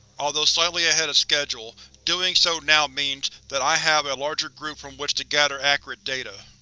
although slightly ahead of schedule, doing so now means that i have a larger group from which to gather accurate data.